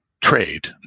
trade